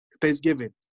Thanksgiving